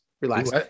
Relax